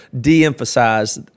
de-emphasize